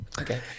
Okay